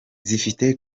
zifite